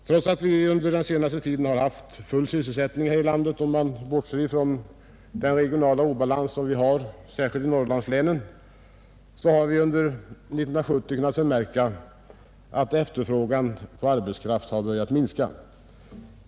Trots att vi den senaste tiden haft full sysselsättning i landet, bortsett från den regionala obalans som finns särskilt i Norrlandslänen, har vi 1970 kunnat förmärka att efterfrågan på arbetskraft börjat minska.